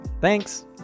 thanks